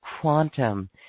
quantum